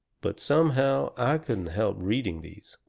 but somehow i couldn't help reading these.